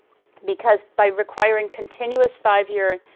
because by requiring continuous five-year